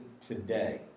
today